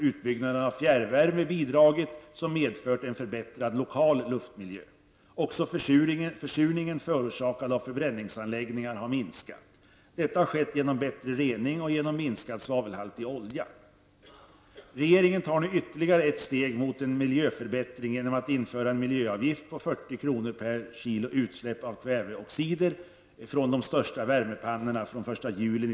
Utbyggnaden av fjärrvärme har bidragit till detta och medfört en förbättrad lokal luftmiljö. Också försurningen förorsakad av förbränningsanläggningar har minskat. Detta har skett genom bättre rening och genom en minskad svavelhalt i oljan. Regeringen tar nu ytterligare ett steg mot en miljöförbättring genom att den 1 juli 1992 införa en miljöavgift på 40 kr. per kilo utsläpp av kväveoxider från de största värmepannorna.